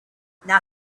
now